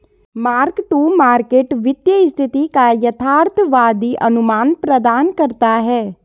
mark to market वित्तीय स्थिति का यथार्थवादी अनुमान प्रदान करता है